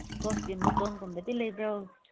ꯏꯁꯀ꯭ꯋꯥꯁꯀꯤ ꯃꯇꯣꯟꯒꯨꯝꯕꯗꯤ ꯂꯩꯕ꯭ꯔꯣ